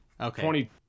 Okay